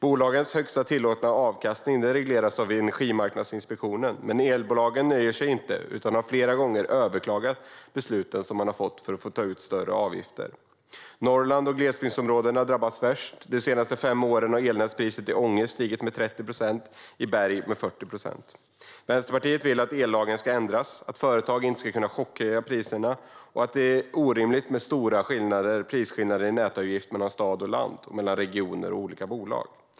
Bolagens högsta tillåtna avkastning regleras av Energimarknadsinspektionen, men elbolagen nöjer sig inte utan har flera gånger överklagat besluten för att få ta ut större avgifter. Norrland och glesbygdsområdena drabbas värst. De senaste fem åren har elnätspriset i Ånge stigit med 30 procent, och i Berg har det stigit med 40 procent. Vänsterpartiet vill att ellagen ska ändras och att företag inte ska kunna chockhöja priserna. Vi anser att det är orimligt med stora prisskillnader i nätavgift mellan stad och land, mellan regioner och mellan olika bolag.